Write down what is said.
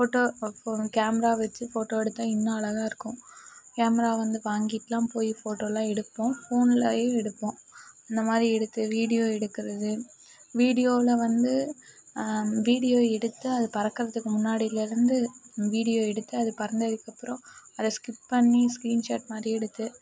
photo அப்புறோம் camera வச்சு photo எடுத்தா இன்னும் அழகாக இருக்கும் கேமரா வந்து வாங்கிட்டுலாம் போய் போட்டோலாம் எடுப்போம் ஃபோன்லயும் எடுப்போம் இந்தமாதிரி எடுத்த வீடியோ எடுக்கிறது வீடியோவில வந்து வீடியோ எடுத்து அது பறக்குறதுக்கு முன்னாடியிலருந்து வீடியோ எடுத்து அது பறந்ததுக்கு அப்புறோம் அதை ஸ்கிப் பண்ணி ஸ்கீரின்ஷார்ட் மாதிரி எடுத்து